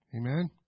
Amen